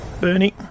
Bernie